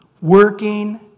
working